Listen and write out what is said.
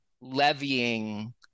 levying